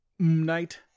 night